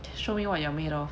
show me what you are made of